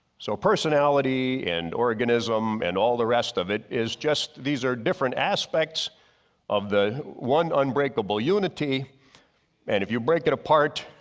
so personality and organism and all the rest of it is just these are different aspects of the one unbreakable unity and if you break it apart,